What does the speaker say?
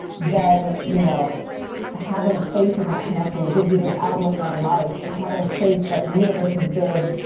then you know having faith in that connection gives you this outlook on life having faith that the universe is good,